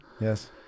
Yes